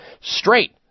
straight